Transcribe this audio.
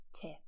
tip